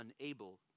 unable